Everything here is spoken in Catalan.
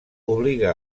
obliga